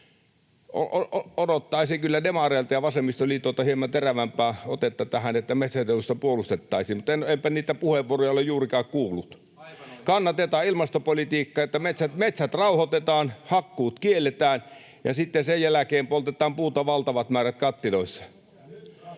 Odottaisin kyllä demareilta ja vasemmistoliitolta hieman terävämpää otetta tähän, että metsäteollisuutta puolustettaisiin, mutta enpä niitä puheenvuoroja ole juurikaan kuullut. [Juho Eerola: Aivan oikein!] Kannatetaan ilmastopolitiikkaa, että metsät rauhoitetaan, hakkuut kielletään ja sitten sen jälkeen poltetaan puuta valtavat määrät kattiloissa.